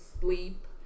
sleep